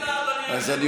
חס וחלילה, אדוני.